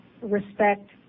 respect